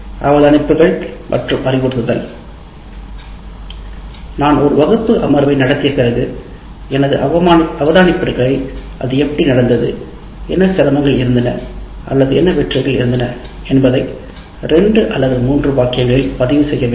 அவதானிப்புகள் மற்றும் அறிவுறுத்தல் நான் ஒரு வகுப்பு அமர்வை நடத்திய பிறகு எனது அவதானிப்புகளை அது எப்படி நடந்தது என்ன சிரமங்கள் இருந்தன அல்லது என்ன வெற்றிகள் இருந்தன என்பதை 2 அல்லது 3 வாக்கியங்களில் பதிவு செய்ய வேண்டும்